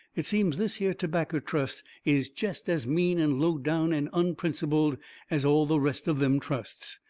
it seems this here tobaccer trust is jest as mean and low-down and unprincipled as all the rest of them trusts.